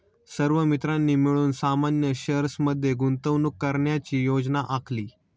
सर्व मित्रांनी मिळून सामान्य शेअर्स मध्ये गुंतवणूक करण्याची योजना आखली